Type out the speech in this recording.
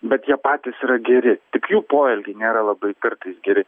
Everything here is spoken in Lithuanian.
bet jie patys yra geri tik jų poelgiai nėra labai kartais geri